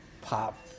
pop